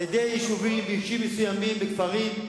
על-ידי יישובים מסוימים וכפרים,